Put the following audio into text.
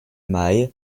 mai